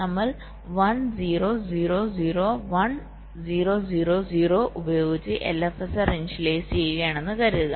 നമ്മൾ 1 0 0 0 1 0 0 0 ഉപയോഗിച്ച് LFSR initialise ചെയ്യുകയാണെന്ന് കരുതുക